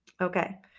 okay